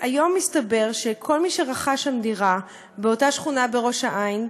והיום מסתבר שכל מי שרכש שם דירה באותה שכונה בראש-העין,